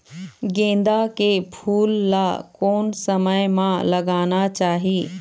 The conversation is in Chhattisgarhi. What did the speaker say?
गेंदा के फूल ला कोन समय मा लगाना चाही?